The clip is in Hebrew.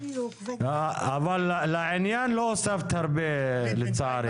אבל לעניין לא הוספת הרבה לצערי.